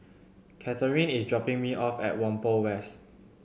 Catharine is dropping me off at Whampoa West